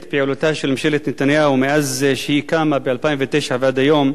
פעילותה של ממשלת נתניהו מאז קמה ב-2009 ועד היום,